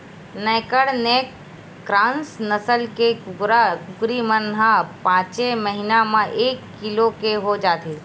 naked neck cross नसल के कुकरा, कुकरी मन ह पाँचे महिना म एक किलो के हो जाथे